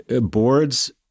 boards—